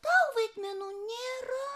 tau vaidmenų nėra